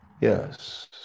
Yes